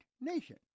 nation